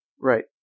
right